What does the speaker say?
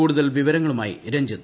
കൂടുതൽ വിവരങ്ങളുമായി രഞ്ജിത്